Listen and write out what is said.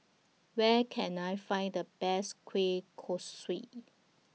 Where Can I Find The Best Kueh Kosui